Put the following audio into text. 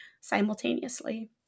simultaneously